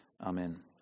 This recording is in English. Amen